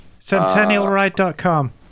centennialride.com